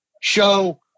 Show